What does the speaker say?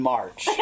March